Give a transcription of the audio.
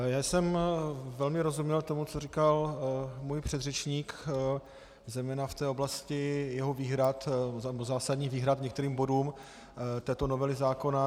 Já jsem velmi rozuměl tomu, co říkal můj předřečník, zejména v té oblasti jeho výhrad, zásadních výhrad k některým bodům této novely zákona.